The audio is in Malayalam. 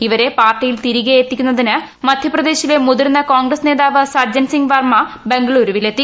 ഇവരെ പാർട്ടിയിൽ തിരികെ എത്തിക്കുന്നതിന് മധ്യപ്രദേശിലെ മുതിർന്ന കോൺഗ്രസ് നേതാവ് സജ്ജൻ സിംഗ് വർമ്മ ബെംഗലൂരുവിലെത്തി